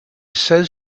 says